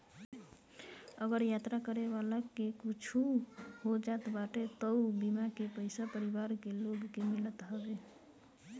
अगर यात्रा करे वाला के कुछु हो जात बाटे तअ बीमा के पईसा परिवार के लोग के मिलत हवे